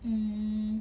mm